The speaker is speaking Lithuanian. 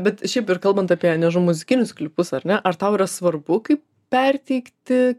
bet šiaip ir kalbant apie nežinau muzikinius klipus ar ne ar tau yra svarbu kaip perteikti